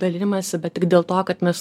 dalinimąsi bet tik dėl to kad mes